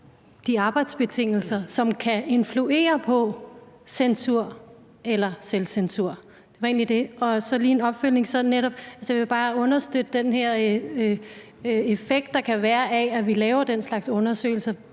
de arbejdsbetingelser, som kan influere på censur eller selvcensur. Det var egentlig det. Og lige som en opfølgning vil jeg bare understøtte synspunktet om den effekt, der kan være, af, at vi laver den slags undersøgelser,